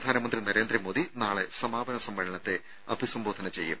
പ്രധാനമന്ത്രി നരേന്ദ്രമോദി നാളെ സമാപന സമ്മേളനത്തെ അഭിസംബോധന ചെയ്യും